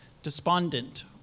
despondent